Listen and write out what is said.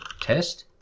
test